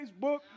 Facebook